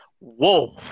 Whoa